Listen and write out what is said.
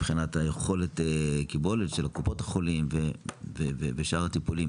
מבחינת יכולת הקיבולת של קופות החולים ושאר הטיפולים,